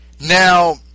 Now